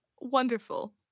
Wonderful